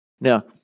Now